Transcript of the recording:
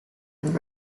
and